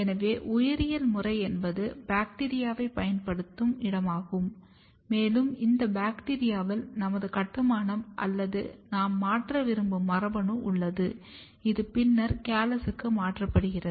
எனவே உயிரியல் முறை என்பது பாக்டீரியாவைப் பயன்படுத்தும் இடமாகும் மேலும் இந்த பாக்டீரியாவில் நமது கட்டுமானம் அல்லது நாம் மாற்ற விரும்பும் மரபணு உள்ளது இது பின்னர் கேலஸுக்கு மாற்றப்படுகிறது